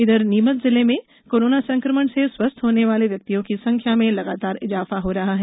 उधर नीमच जिले में कोरोना संक्रमण से स्वस्थ होने वाले व्यक्तियों की संख्या में लगातार इजाफा हो रहा है